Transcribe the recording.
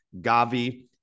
Gavi